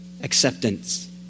acceptance